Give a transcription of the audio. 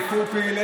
רק תזכור,